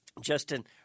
Justin